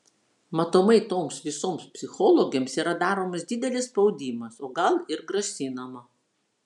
matomai toms visoms psichologėms yra daromas didelis spaudimas o gal ir grasinama